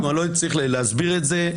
לא צריך להסביר את זה.